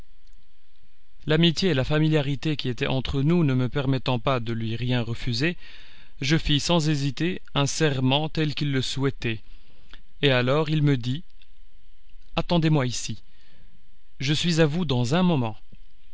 l'amitié et la familiarité qui étaient entre nous ne me permettant pas de lui rien refuser je fis sans hésiter un serment tel qu'il le souhaitait et alors il me dit attendez-moi ici je suis à vous dans un moment